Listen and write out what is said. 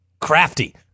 Crafty